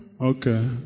Okay